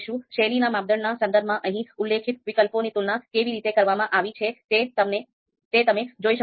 શૈલીના માપદંડના સંદર્ભમાં અહીં ઉલ્લેખિત વિકલ્પોની તુલના કેવી રીતે કરવામાં આવી છે તે તમે જોઈ શકો છો